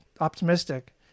optimistic